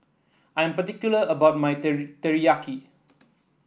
I'm particular about my Teriyaki